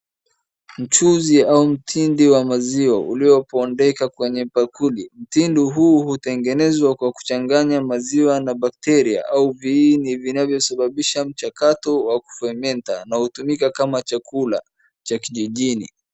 Mchuzi au mtindi wa maziwa uliobondeka kwenye bakuli. Mtindi huu hutengenezwa kwa kuchanganya maziwa na bakteria au viini vinavyosababisha mchakato wa kuferment na hutumika kama chakula cha kijijini.